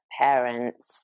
parents